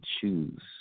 choose